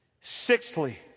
Sixthly